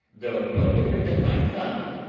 though no bigger than my thumb,